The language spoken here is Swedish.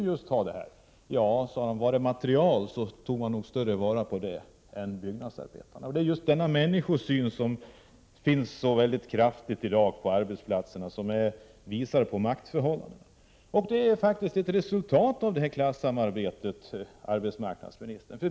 Ja, svarade han, var det fråga om material skulle man nog vara mer rädd om det än man är om byggnadsarbetarnas hälsa. Den människosynen, som i dag så kraftigt kommer till uttryck på arbetsplatserna, visar på maktförhållandena. Det är ett resultat av klasssamarbetet, arbetsmarknadsministern!